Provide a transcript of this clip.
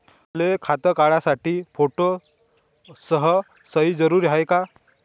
मले खातं काढासाठी फोटो अस सयी जरुरीची हाय का?